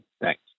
Thanks